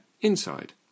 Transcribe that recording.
inside